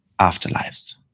Afterlives